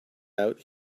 out